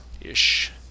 ish